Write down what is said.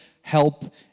help